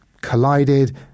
collided